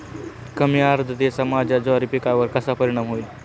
कमी आर्द्रतेचा माझ्या ज्वारी पिकावर कसा परिणाम होईल?